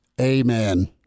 Amen